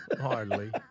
Hardly